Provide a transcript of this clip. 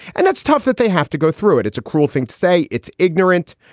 and that's tough that they have to go through it. it's a cruel thing to say. it's ignorant.